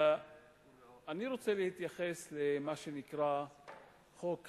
אני רוצה להתייחס למה שנקרא "חוק המואזן"